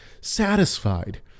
satisfied